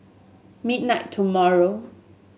midnight tomorrow